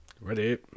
Ready